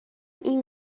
این